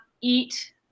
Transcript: eat